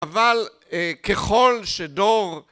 אבל ככל שדור